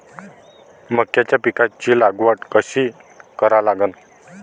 मक्याच्या पिकाची लागवड कशी करा लागन?